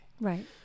Right